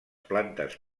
plantes